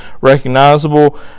recognizable